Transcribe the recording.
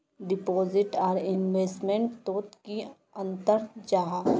Deposit आर investment तोत की अंतर जाहा?